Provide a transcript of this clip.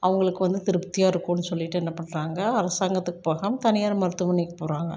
அவங்களுக்கு வந்து திருப்தியாக இருக்கும்ன்னு சொல்லிவிட்டு என்ன பண்ணுறாங்க அரசாங்கத்துக்குப் போகாமல் தனியார் மருத்துவமனைக்குப் போகிறாங்க